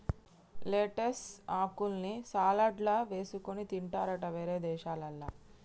lettuce ఆకుల్ని సలాడ్లల్ల వేసుకొని తింటారట వేరే దేశాలల్ల